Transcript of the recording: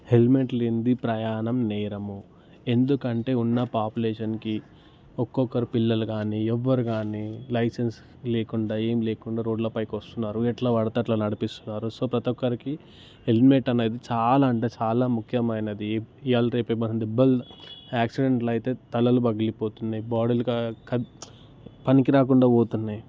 helmet లేనిది ప్రయాణం నేరము ఎందుకంటే ఉన్న పాపులేషన్కి ఒక్కొక్కరు పిల్లలు కానీ ఎవరూ కానీ లైసెన్స్ లేకుండా ఏం లేకుండా రోడ్ల పైకి వస్తున్నారు ఎట్లా వడితే అట్లా నడిపిస్తున్నారు సో ప్రతీ ఒక్కరికీ హెల్మెట్ అనేది చాలా అంటే చాలా ముఖ్యమైనది ఇయ్యాల రేపు ఏమైనా దెబ్బలు యాక్సిడెంట్లు అయితే తలలు పగిలిపోతున్నాయి బాడీలు క పనికి రాకుండా పోతున్నాయ్